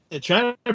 China